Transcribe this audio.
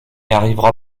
arrivera